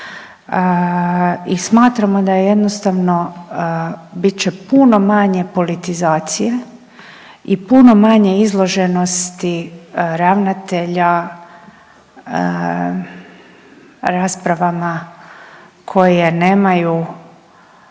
i smatramo da je jednostavno, bit će puno manje politizacije i puno manje izloženosti ravnatelja raspravama koje nemaju